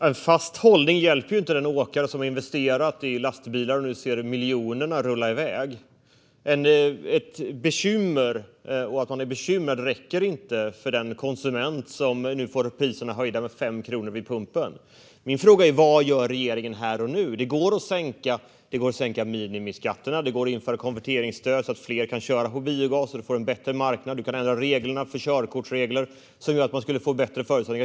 Herr talman! En fast hållning hjälper inte den åkare som har investerat i lastbilar och nu får se miljonerna rulla i väg. Och att man är bekymrad räcker inte för den konsument som nu får priset vid pump höjt med 5 kronor. Min fråga är: Vad gör regeringen här och nu? Man kan sänka minimiskatterna, man kan införa konverteringsstöd så att fler kan köra på biogas och marknaden blir bättre och man kan ändra körkortsreglerna så att det blir bättre förutsättningar.